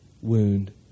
wound